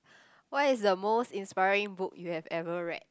what is the most inspiring book you have ever read